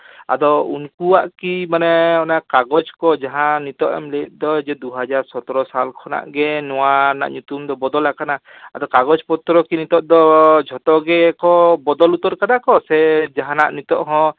ᱟᱫᱚ ᱩᱱᱠᱩᱣᱟᱜ ᱠᱤ ᱢᱟᱱᱮ ᱚᱱᱟ ᱠᱟᱜᱚᱡᱽ ᱠᱚ ᱡᱟᱦᱟᱸ ᱱᱤᱛᱳᱜ ᱮᱢ ᱞᱟᱹᱭᱮᱫ ᱫᱚ ᱡᱮ ᱫᱩ ᱦᱟᱡᱟᱨ ᱥᱚᱛᱨᱚ ᱥᱟᱞ ᱠᱷᱚᱱᱟᱜ ᱜᱮ ᱱᱚᱣᱟ ᱨᱮᱱᱟᱜ ᱧᱩᱛᱩᱢ ᱫᱚ ᱵᱚᱫᱚᱞᱟᱠᱟᱱᱟ ᱟᱫᱚ ᱠᱟᱜᱚᱡᱽ ᱯᱚᱛᱨᱚ ᱠᱤ ᱱᱤᱛᱳᱜ ᱫᱚ ᱡᱷᱚᱛᱚ ᱜᱮᱠᱚ ᱵᱚᱫᱚᱞ ᱩᱛᱟᱹᱨ ᱠᱟᱫᱟ ᱠᱚ ᱥᱮ ᱡᱟᱦᱟᱱᱟᱜ ᱱᱤᱛᱳᱜ ᱦᱚᱸ